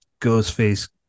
Ghostface